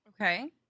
Okay